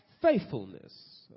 faithfulness